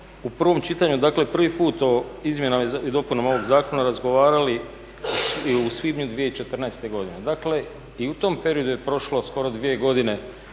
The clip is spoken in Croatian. u prvom čitanju dakle prvi put o izmjenama i dopunama ovog zakona razgovarali u svibnju 2014. godine. Dakle i u tom periodu je prošlo skoro 2 godine